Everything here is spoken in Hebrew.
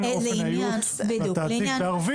--- לעניין אופן איות התעתיק בערבית.